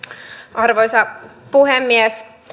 arvoisa puhemies